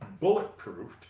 bulletproofed